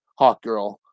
Hawkgirl